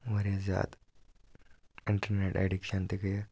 واریاہ زیادٕ internet addiction تہِ گٔیَکھ